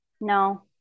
No